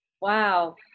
wow